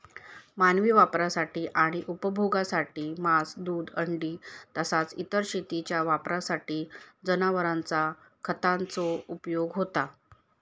मानवी वापरासाठी आणि उपभोगासाठी मांस, दूध, अंडी तसाच इतर शेतीच्या वापरासाठी जनावरांचा खताचो उपयोग होता